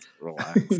relax